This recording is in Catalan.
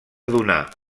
donar